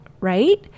right